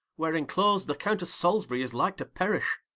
where inclosed the countess salisbury is like to perish.